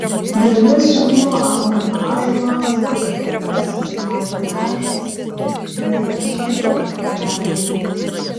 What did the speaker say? gale siūlo auga ąžuolas auga uosis auga beržas gale siūlo drebulė